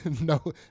No